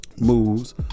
moves